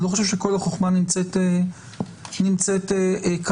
אני לא חושב שכל החוכמה שנמצאת כאן.